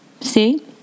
See